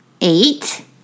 Eight